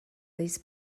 this